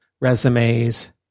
resumes